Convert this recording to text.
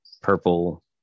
purple